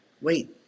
Wait